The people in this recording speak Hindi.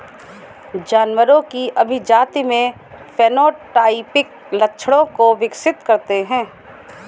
जानवरों की अभिजाती में फेनोटाइपिक लक्षणों को विकसित करते हैं